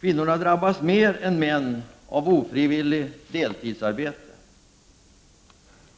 Kvinnor drabbas mer än män av ofrivilligt deltidsarbete.